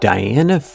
Diana